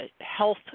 health